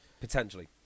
Potentially